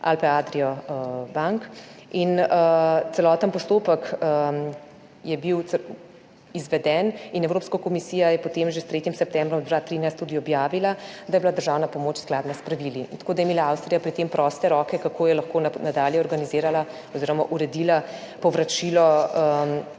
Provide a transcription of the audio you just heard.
omenjeno, in celoten postopek je bil izveden. Evropska komisija je potem že s 3. septembrom 2013 tudi objavila, da je bila državna pomoč skladna s pravili, tako da je imela Avstrija pri tem proste roke, kako je lahko nadalje organizirala oziroma uredila povračilo